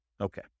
Okay